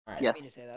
Yes